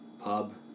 pub